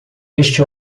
este